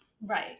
Right